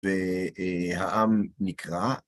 והעם נקרע